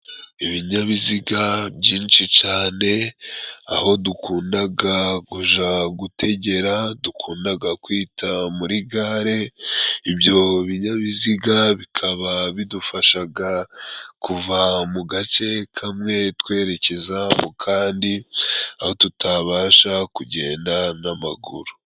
Ibinyabiziga byinshi cane aho dukundaga kuja gutegera dukundaga kwita muri gare ibyo binyabiziga bikaba bidufashaga kuva mu gace kamwe twerekeza mu kandi aho tutabasha kugenda n'amaguru.